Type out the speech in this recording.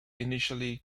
initially